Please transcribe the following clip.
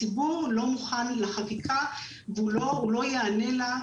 הציבור לא מוכן לחקיקה והוא לא ייענה לה,